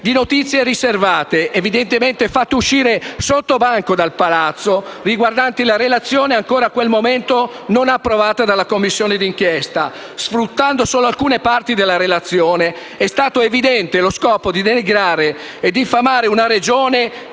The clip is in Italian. di notizie riservate, evidentemente fatte uscire sotto banco dal palazzo, riguardanti la relazione ancora a quel momento non approvata dalla Commissione d'inchiesta. Sfruttando solo alcune parti della relazione, è stato evidente lo scopo di denigrare e diffamare una Regione